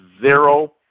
zero